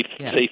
safe